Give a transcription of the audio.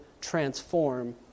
transform